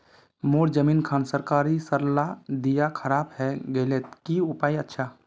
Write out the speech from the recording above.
मोर जमीन खान सरकारी सरला दीया खराब है गहिये की उपाय अच्छा?